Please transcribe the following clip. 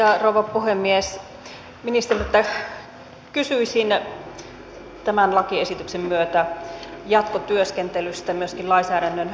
ministeriltä kysyisin tämän lakiesityksen myötä jatkotyöskentelystä myöskin lainsäädännön puitteissa